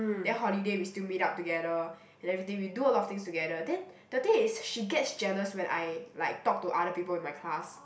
then holiday we still meet up together and everything we do a lot of things together then the thing is she gets jealous when I like talk to other people in my class